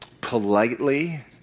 politely